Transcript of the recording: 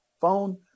phone